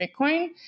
Bitcoin